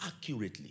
accurately